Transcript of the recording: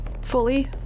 Fully